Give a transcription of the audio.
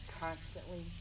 constantly